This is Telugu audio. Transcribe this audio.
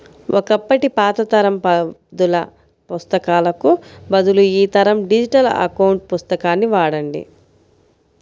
ఒకప్పటి పాత తరం పద్దుల పుస్తకాలకు బదులు ఈ తరం డిజిటల్ అకౌంట్ పుస్తకాన్ని వాడండి